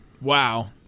Wow